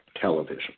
television